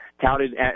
touted